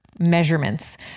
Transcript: measurements